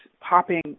popping